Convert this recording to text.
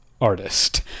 artist